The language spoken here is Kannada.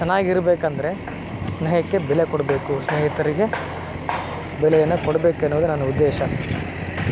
ಚೆನ್ನಾಗಿರ್ಬೇಕಂದ್ರೆ ಸ್ನೇಹಕ್ಕೆ ಬೆಲೆ ಕೊಡಬೇಕು ಸ್ನೇಹಿತರಿಗೆ ಬೆಲೆಯನ್ನು ಕೊಡ್ಬೇಕು ಅನ್ನೋದು ನನ್ನ ಉದ್ದೇಶ